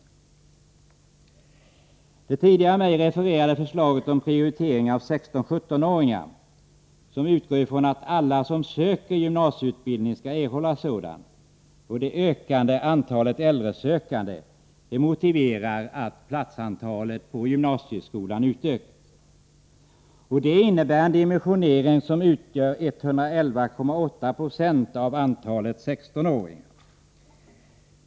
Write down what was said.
Både det av mig tidigare refererade förslaget om prioritering av 16-17 åringar, som utgår ifrån att alla som söker gymnasieutbildning skall erhålla sådan, och det ökande antalet äldresökande motiverar att platsantalet på gymnasieskolan utökas. Detta innebär en dimensionering som utgör 111,8 22 av antalet 16-åringar.